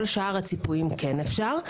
כל שאר הציפויים אפשר.